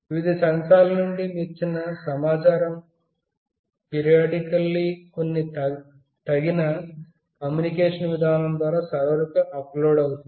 వివిధ సెన్సార్ల నుండి వచ్చిన సమాచారం క్రమానుగతంగా కొన్ని తగిన కమ్యూనికేషన్ విధానం ద్వారా సర్వర్కు అప్లోడ్ చేయబడుతుంది